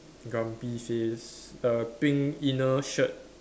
grumpy face err pink inner shirt